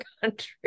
country